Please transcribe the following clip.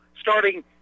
starting